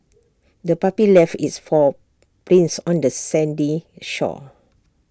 the puppy left its paw prints on the sandy shore